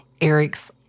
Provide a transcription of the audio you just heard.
Eric's